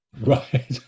Right